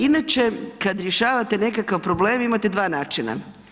Inače, kad rješavate nekakav problem, imate dva načina.